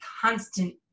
constant